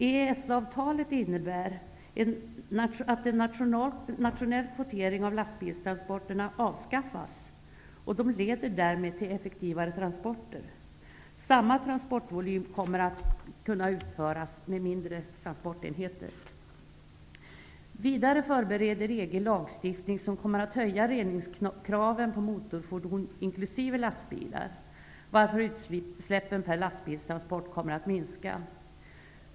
EES-avtalet innebär att en nationell kvotering av lastbilstransporterna avskaffas. Det leder därmed till effektivare transporter. Samma transportvolym kommer att kunna utföras med mindre transportenheter. Vidare förbereder EG en lagstiftning som kommer att höja reningskraven på motorfordon inklusive lastbilar, varför utsläppen per lastbilstransport kommer att minska.